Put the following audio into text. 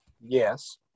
Yes